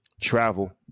travel